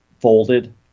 folded